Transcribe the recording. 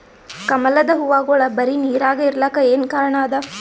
ಕಮಲದ ಹೂವಾಗೋಳ ಬರೀ ನೀರಾಗ ಇರಲಾಕ ಏನ ಕಾರಣ ಅದಾ?